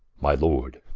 my lord,